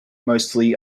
mostly